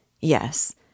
Yes